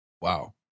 Wow